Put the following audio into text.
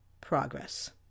Progress